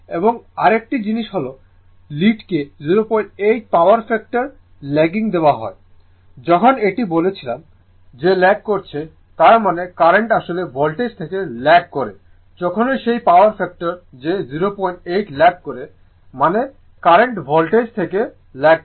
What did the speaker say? এবং আরেকটি জিনিস হল লোডকে 08 পাওয়ার ফ্যাক্টর ল্যাগিং দেওয়া হয় যখন এটি বলেছিল যে ল্যাগ করছে তার মানে কারেন্ট আসলে ভোল্টেজ থেকে ল্যাগ করে যখনই সেই পাওয়ার ফ্যাক্টর যে 08 ল্যাগ করে মানে কারেন্ট ভোল্টেজ থেকে ল্যাগ করে